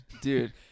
dude